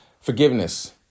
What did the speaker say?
forgiveness